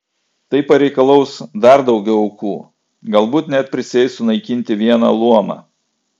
tai pareikalaus dar daugiau aukų galbūt net prisieis sunaikinti vieną luomą